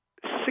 six